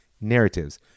narratives